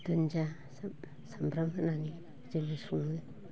दुनजिया सामब्राम होनानै जोङो सङो